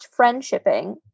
Friendshipping